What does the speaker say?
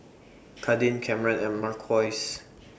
Kadin Cameron and Marquise